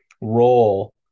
role